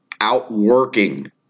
outworking